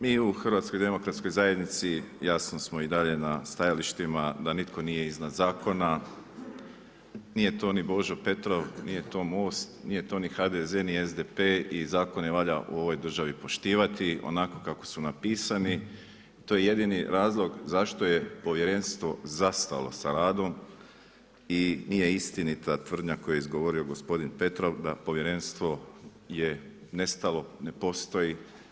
Mi u HDZ-u jasni smo i dalje na stajalištima da nitko nije iznad zakona, nije to ni Božo Petrov, nije to MOST, nije to ni HDZ, ni SDP i zakone valja u ovoj državi poštivati onako kako su napisani, to je jedini razlog zašto je povjerenstvo zastalo sa radom i nije istinita tvrdnja koju je izgovorio gospodin Petrov da povjerenstvo je nestalo, ne postoji.